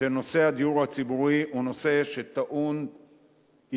שנושא הדיור הציבורי הוא נושא שטעון התייחסות.